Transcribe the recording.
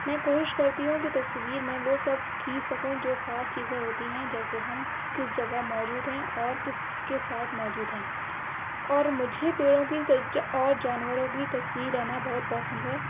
میں کوشش کرتی ہوں کہ تصویر میں وہ سب کھینچ سکوں جو خاص چیزیں ہوتی ہیں جیسے ہم کس جگہ موجود ہیں اور کس کے ساتھ موجود ہیں اور مجھے پیڑوں کی اور جانوروں کی تصویر لینا بہت پسند ہے